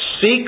Seek